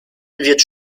wird